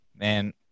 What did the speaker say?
man